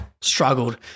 struggled